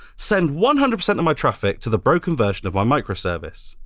send one hundred percent of my traffic to the broken version of my microservice.